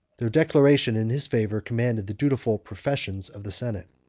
their declaration in his favor commanded the dutiful professions of the senate.